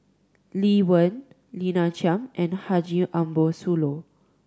Lee Wen Lina Chiam and Haji Ambo Sooloh